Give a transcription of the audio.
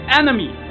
enemy